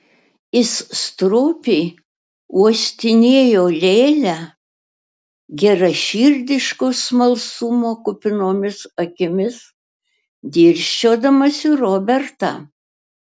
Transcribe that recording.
jis stropiai uostinėjo lėlę geraširdiško smalsumo kupinomis akimis dirsčiodamas į robertą